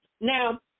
Now